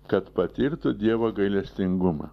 kad patirtų dievo gailestingumą